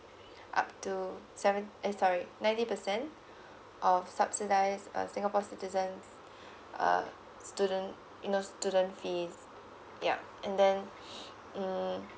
up to seven eh sorry ninety percent of subsidised uh singapore citizens uh student you know student fees yeah and then mm